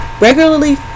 regularly